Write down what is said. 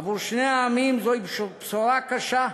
עבור שני העמים זוהי בשורה קשה,